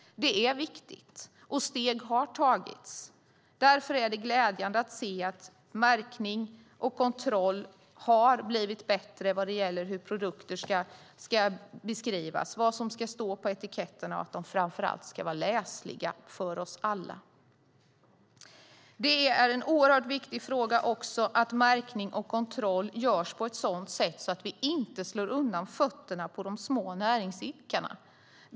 Viktiga steg har alltså tagits. Därför är det glädjande att se att märkningen och kontrollen blivit bättre beträffande hur produkter ska beskrivas, vad som ska stå på etiketterna och framför allt att de ska vara läsliga för oss alla. Det är oerhört viktigt att märkningen och kontrollen görs på ett sådant sätt att vi inte slår undan fötterna på de små näringsidkarna.